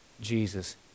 Jesus